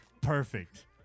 Perfect